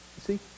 See